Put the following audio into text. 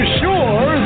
sure